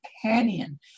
companion